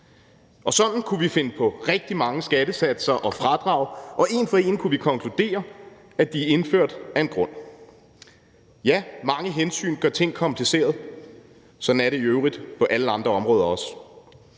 Og sådan kunne vi finde på rigtig mange skattesatser og -fradrag, og en for en kunne vi konkludere, at de er indført af en grund. Ja, mange hensyn gør ting kompliceret – sådan er det i øvrigt også på alle andre områder.